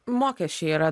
mokesčiai yra